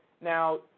Now